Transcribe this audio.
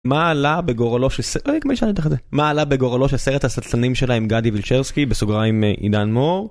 מה עלה בגורלו של סרט הסצנים שלה עם גדי וילשרסקי בסוגריים עידן מור.